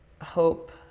hope